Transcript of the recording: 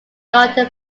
garden